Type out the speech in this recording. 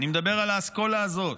אני מדבר על האסכולה הזאת.